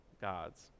gods